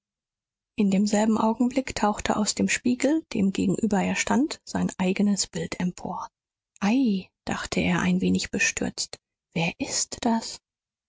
in demselben augenblick tauchte aus dem spiegel dem gegenüber er stand sein eignes bild empor ei dachte er ein wenig bestürzt wer ist das